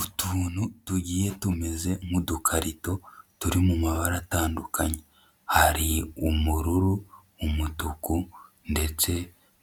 Utuntu tugiye tumeze nk'udukarito, turi mu mabara atandukanye. Hari ubururu, umutuku ndetse